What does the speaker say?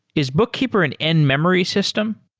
is bookkeeper an in memory system?